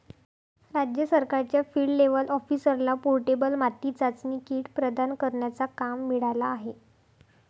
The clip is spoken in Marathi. राज्य सरकारच्या फील्ड लेव्हल ऑफिसरला पोर्टेबल माती चाचणी किट प्रदान करण्याचा काम मिळाला आहे